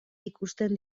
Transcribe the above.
ikusten